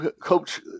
coach